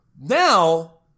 Now